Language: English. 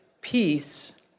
peace